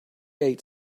ate